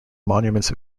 monuments